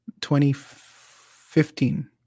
2015